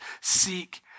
seek